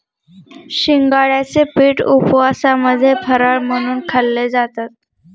शिंगाड्याचे पीठ उपवासामध्ये फराळ म्हणून खाल्ले जातात